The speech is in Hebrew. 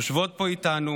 יושבות פה איתנו